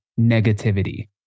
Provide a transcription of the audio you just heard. negativity